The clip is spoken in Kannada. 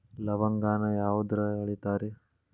ಲವಂಗಾನ ಯಾವುದ್ರಾಗ ಅಳಿತಾರ್ ರೇ?